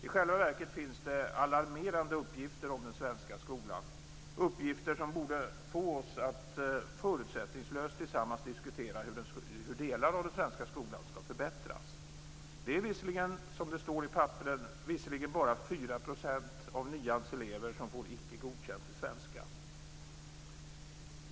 I själva verket finns det alarmerande uppgifter om den svenska skolan - uppgifter som borde få oss att förutsättningslöst tillsammans diskutera hur delar av den svenska skolan skall förbättras. Det är visserligen, som det står i papperen, bara 4 % av nians elever som får icke godkänt i svenska.